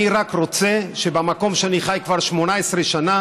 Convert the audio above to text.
אני רק רוצה שבמקום שאני חי בו כבר 18 שנה,